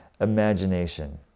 imagination